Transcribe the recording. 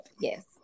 yes